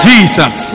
Jesus